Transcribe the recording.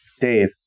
Dave